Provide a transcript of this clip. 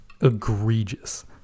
egregious